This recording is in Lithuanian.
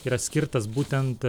yra skirtas būtent